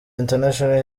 international